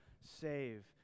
save